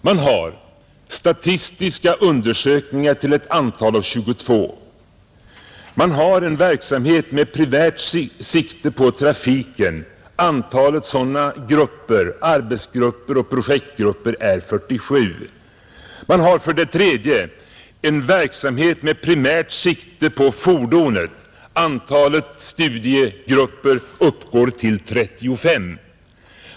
Man har för det första statistiska undersökningar till ett antal av 22. Man har för det andra en verksamhet med primärt sikte på trafiken. Antalet sådana grupper, arbetsgrupper och projektgrupper är 47. Man har för det tredje en verksamhet med primärt sikte på fordonet. Antalet studiegrupper uppgår till 35.